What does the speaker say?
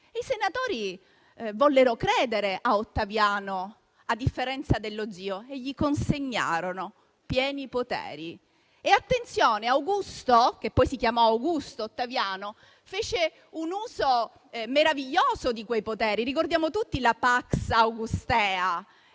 I senatori vollero credere a Ottaviano, a differenza dello zio, e gli consegnarono pieni poteri. Ottaviano, che poi si chiamò Ottaviano Augusto, fece un uso meraviglioso di quei poteri. Ricordiamo tutti la *pax augustea*.